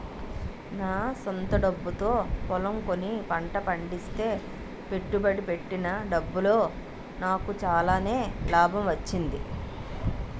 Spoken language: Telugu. నా స్వంత డబ్బుతో పొలం కొని పంట పండిస్తే పెట్టుబడి పెట్టిన డబ్బులో నాకు చాలానే లాభం వచ్చింది